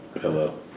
Hello